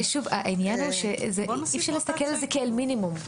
העניין הוא שאי אפשר להסתכל על זה כמינימום.